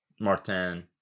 Martin